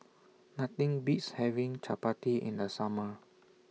Nothing Beats having Chapati in The Summer